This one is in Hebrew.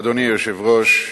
אדוני היושב-ראש,